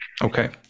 Okay